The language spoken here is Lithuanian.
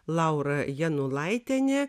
laura janulaitienė